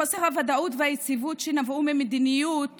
חוסר הוודאות והיציבות שנבעו ממדיניות